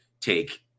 take